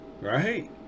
Right